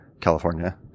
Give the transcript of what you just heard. California